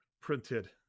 printed